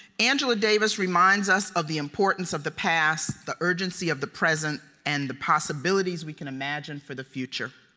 angela davis reminds us of the importance of the past, the urgency of the present, and the possibilities we can imagine for the future.